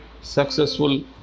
successful